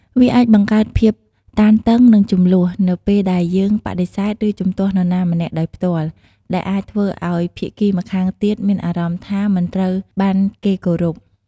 វាអាចបង្កើតភាពតានតឹង និងជម្លោះ នៅពេលដែលយើងបដិសេធ ឬជំទាស់នរណាម្នាក់ដោយផ្ទាល់ ដែលអាចធ្វើឲ្យភាគីម្ខាងទៀតមានអារម្មណ៍ថាមិនត្រូវបានគេគោរព ។